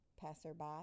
Passerby